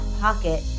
pocket